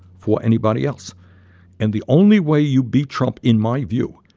for anybody else and the only way you beat trump, in my view,